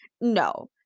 no